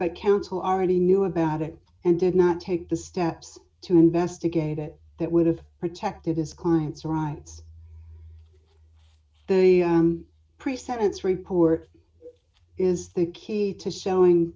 but counsel already knew about it and did not take the steps to investigate it that would have protected his client's rights the pre sentence report is the key to showing